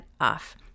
off